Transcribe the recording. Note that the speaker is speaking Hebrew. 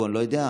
אני לא יודע,